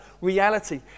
reality